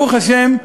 ברוך השם,